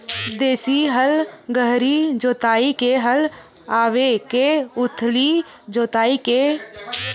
देशी हल गहरी जोताई के हल आवे के उथली जोताई के?